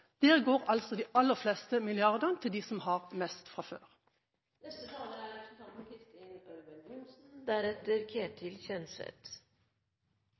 der går de aller fleste milliardene til dem som har mest fra før. Veivalget til denne regjeringen er